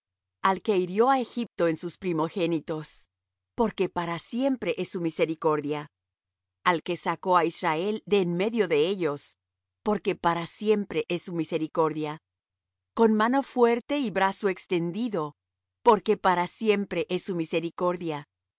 al que hirió á egipto en sus primogénitos porque para siempre es su misericordia al que sacó á israel de en medio de ellos porque para siempre es su misericordia con mano fuerte y brazo extendido porque para siempre es su misericordia